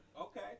Okay